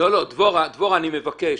דבורה, אני מבקש,